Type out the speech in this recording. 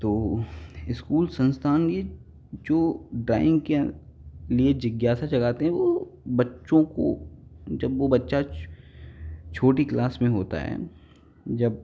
तो इस्कूल संस्थान में जो ड्राइंग के लिए जिज्ञासा जगाते हैं वह बच्चों को जब वह बच्चा छोटी क्लास में होता है जब